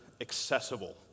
accessible